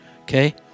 Okay